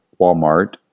Walmart